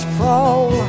fall